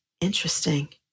Interesting